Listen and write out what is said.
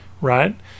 right